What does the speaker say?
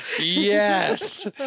yes